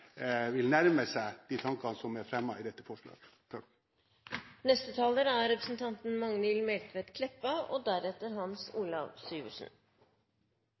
vil nærme seg de tankene som er fremmet i dette forslaget. Prinsipp for innfasing av oljepengar i økonomien er eit av dei største og